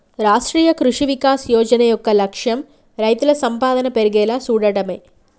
రాష్ట్రీయ కృషి వికాస్ యోజన యొక్క లక్ష్యం రైతుల సంపాదన పెర్గేలా సూడటమే